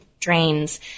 drains